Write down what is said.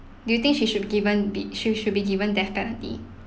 do you think she should given be she should be given death penalty